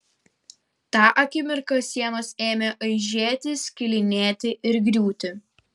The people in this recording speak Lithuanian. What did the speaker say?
tą akimirką sienos ėmė aižėti skilinėti ir griūti